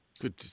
Good